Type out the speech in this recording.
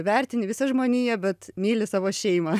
vertini visą žmoniją bet myli savo šeimą